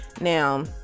Now